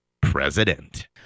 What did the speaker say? president